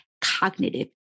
cognitive